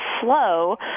slow